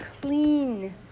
clean